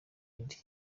wilde